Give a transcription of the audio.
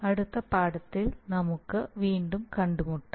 അടുത്ത പാഠത്തിൽ നമുക്ക് വീണ്ടും കണ്ടുമുട്ടാം